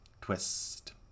Twist